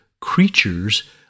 creature's